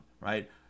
right